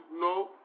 No